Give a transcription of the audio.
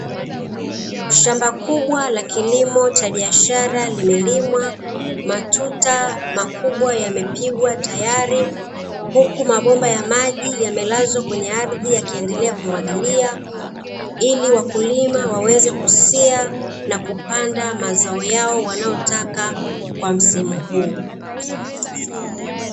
Shamba kubwa la kilimo cha biashara limelimwa matuta makubwa yamepigwa tayari, huku mabomba ya maji yamelazwa kwenye ardhi yakiendelea kumwagilia ili wakulima waweze kusiha na kupanda mazao yao wanayotaka msimu huu.